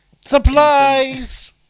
Supplies